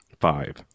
Five